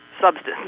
substance